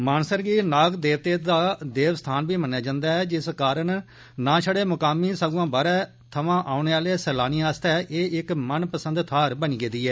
मानसर गी नाग देवते दा देवस्थान बी मन्नेआ जंदा ऐ जिस कारण न छड़ मकामी सगुआं बाहरै थमां आओने आले सैलानिएं आस्तै एह् इक मनपसंद थाहर बनी गेई ऐ